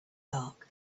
dark